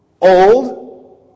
old